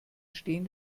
stehen